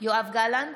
יואב גלנט,